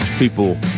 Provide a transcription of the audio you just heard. People